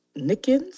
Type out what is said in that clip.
Nickens